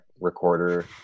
recorder